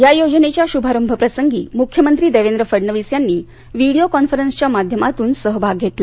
या योजनेच्या शुभारंभप्रसंगी मुख्यमंत्री देवेंद्र फडणवीस यांनी व्हिडिओ कॉन्फरन्सच्या माध्यमातून सहभाग घेतला